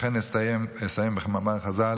ולכן אסיים במאמר חז"ל.